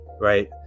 right